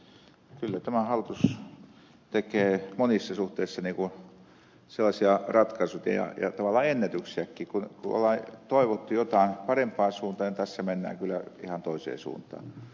kyllä tämä hallitus tekee monissa suhteissa sellaisia ratkaisuja ja tavallaan ennätyksiäkin että kun on toivottu jotakin parempaa suuntaa niin tässä mennään kyllä ihan toiseen suuntaan